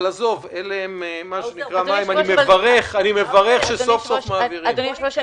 אבל עזוב, אני מברך שסוף סוף מעבירים.